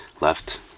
left